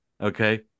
okay